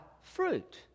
fruit